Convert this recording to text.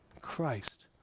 Christ